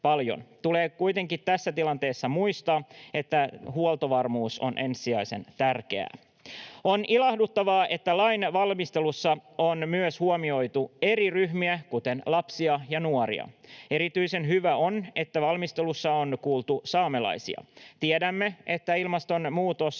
Tulee kuitenkin tässä tilanteessa muistaa, että huoltovarmuus on ensisijaisen tärkeää. On ilahduttavaa, että lain valmistelussa on myös huomioitu eri ryhmiä, kuten lapsia ja nuoria. Erityisen hyvä on, että valmistelussa on kuultu saamelaisia. Tiedämme, että ilmastonmuutos